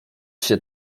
się